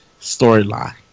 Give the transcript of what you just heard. storyline